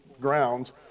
grounds